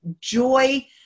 joy